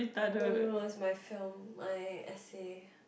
no no no is my film my essay